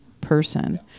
person